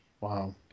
Wow